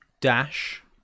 dash